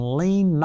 lean